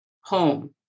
home